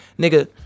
nigga